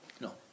No